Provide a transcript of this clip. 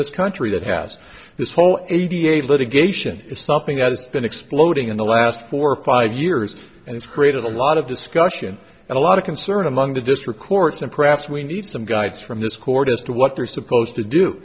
this country that has this whole eighty eight litigation is stopping that has been exploding in the last four or five years and it's created a lot of discussion and a lot of concern among the district courts and perhaps we need some guidance from this court as to what they're supposed to do